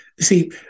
See